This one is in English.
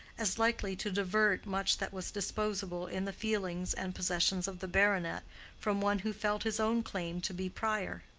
as likely to divert much that was disposable in the feelings and possessions of the baronet from one who felt his own claim to be prior.